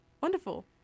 wonderful